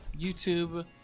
YouTube